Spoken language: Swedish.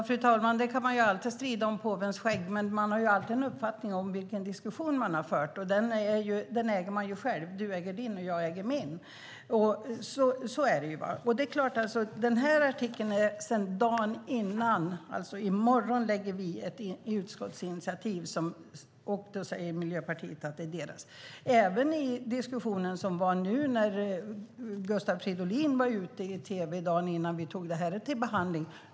Fru talman! Man kan alltid strida om påvens skägg, men man har alltid en uppfattning om vilken diskussion man har fört. Den uppfattningen äger man själv. Du äger din, och jag äger min. Så är det. Den här artikeln kom dagen innan. Det står alltså att man i morgon ska väcka ett utskottsinitiativ. Miljöpartiet säger att det är deras. Gustav Fridolin var i tv dagen innan vi tog upp det här till behandling.